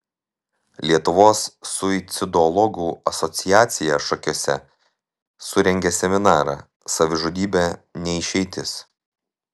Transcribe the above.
lietuvos suicidologų asociacija šakiuose surengė seminarą savižudybė ne išeitis